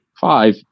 five